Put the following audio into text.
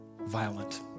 violent